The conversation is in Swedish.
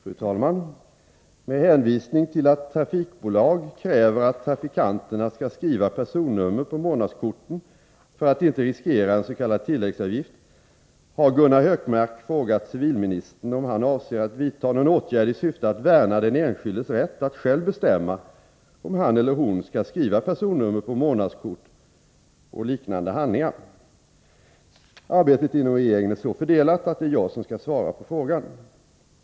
Fru talman! Med hänvisning till att trafikbolag kräver att trafikanterna skall skriva personnummer på månadskorten för att inte riskera en s.k. tilläggsavgift har Gunnar Hökmark frågat civilministern om han avser att vidta någon åtgärd i syfte att värna den enskildes rätt att själv bestämma om han eller hon skall skriva personnummer på månadskort och liknande handlingar. Arbetet inom regeringen är så fördelat att det är jag som skall svara på frågan.